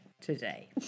today